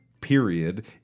period